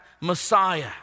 Messiah